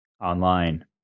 online